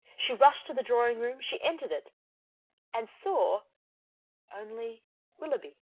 she rushed to the drawing-room she entered it and saw only willoughby.